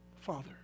Father